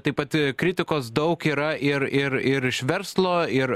tai pat kritikos daug yra ir ir ir verslo ir